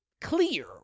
clear